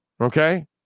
Okay